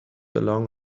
along